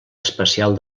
especial